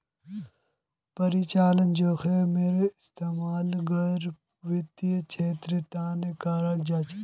परिचालन जोखिमेर इस्तेमाल गैर वित्तिय क्षेत्रेर तनेओ कराल जाहा